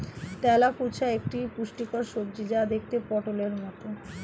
তেলাকুচা একটি পুষ্টিকর সবজি যা দেখতে পটোলের মতো